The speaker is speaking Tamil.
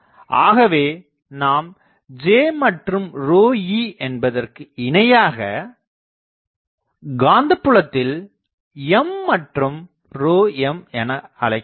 ஆகவே நாம் J மற்றும் ρe என்பதற்கு இணையாகக் காந்தப்புலத்தில் M மற்றும் ρm என்று அழைக்கலாம்